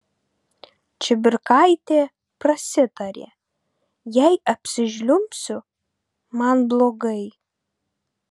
čibirkaitė prasitarė jei apsižliumbsiu man blogai